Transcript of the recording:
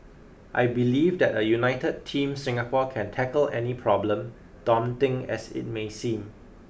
I believe that a united team Singapore can tackle any problem daunting as it may seem